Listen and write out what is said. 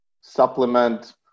supplement